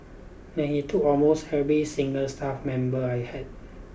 and he took almost every single staff member I had